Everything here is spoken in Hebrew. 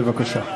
בבקשה.